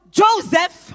joseph